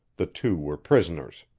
the two were prisoners.